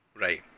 right